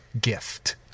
gift